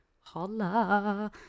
Holla